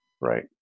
Right